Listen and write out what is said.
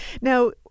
now